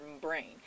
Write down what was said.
brain